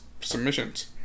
submissions